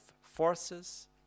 forces